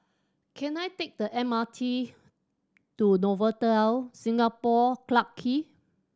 can I take the M R T to Novotel Singapore Clarke Quay